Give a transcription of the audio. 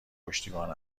پشتیبان